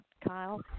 Kyle